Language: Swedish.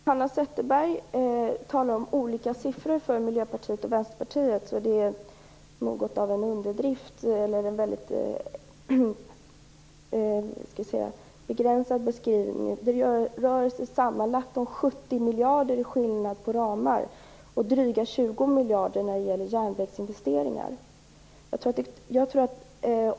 Herr talman! Hanna Zetterberg talar om olika siffror för Miljöpartiet och Vänsterpartiet. Det är något av en underdrift eller en väldigt begränsad beskrivning. Skillnaden rör sig om sammanlagt 70 miljarder kronor när det gäller ramar och dryga 20 miljarder kronor när det gäller järnvägsinvesteringar.